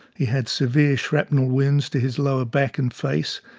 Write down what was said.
he had severe shrapnel wounds to his lower back and face.